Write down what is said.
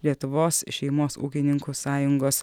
lietuvos šeimos ūkininkų sąjungos